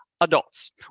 adults